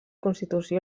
constitució